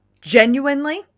genuinely